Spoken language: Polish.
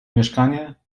mieszkanie